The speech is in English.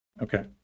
okay